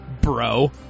bro